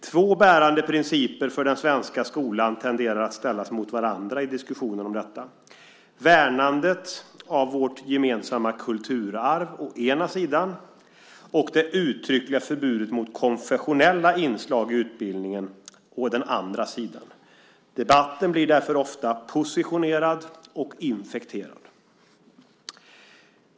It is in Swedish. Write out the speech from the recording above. Två bärande principer för den svenska skolan tenderar att ställas mot varandra: värnandet av vårt gemensamma kulturarv å den ena sidan och det uttryckliga förbudet mot konfessionella inslag i utbildningen å den andra sidan. Debatten blir ofta positionerad och infekterad.